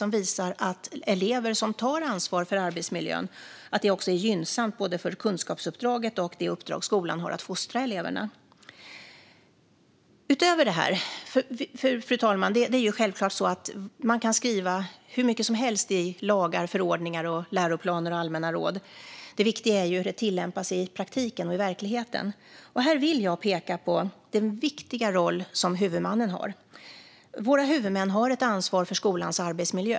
Den visar att det är gynnsamt både för kunskapsuppdraget och för skolans uppdrag att fostra eleverna om eleverna tar ansvar för arbetsmiljön. Fru talman! Det är självklart så att man kan skriva hur mycket som helst i lagar, förordningar, läroplaner och allmänna råd, men det viktiga är hur det tillämpas i praktiken och verkligheten. Här vill jag peka på den viktiga roll som huvudmannen har. Våra huvudmän har ett ansvar för skolans arbetsmiljö.